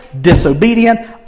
disobedient